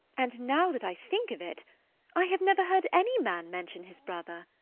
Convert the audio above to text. and now that i think of it i have never heard any man mention his brother.